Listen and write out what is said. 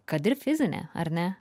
kad ir fizine ar ne